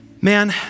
man